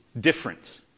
different